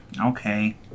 Okay